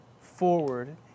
forward